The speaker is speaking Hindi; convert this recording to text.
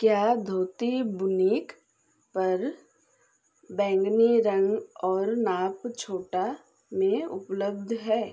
क्या धोती बुनीक पर बैंगनी रंग और नाप छोटा में उपलब्ध है